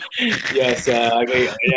Yes